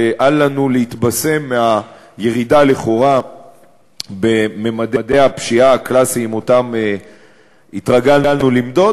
שאל לנו להתבשם מהירידה-לכאורה בממדי הפשיעה הקלאסיים שהתרגלנו למדוד,